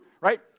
right